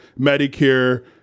medicare